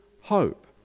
hope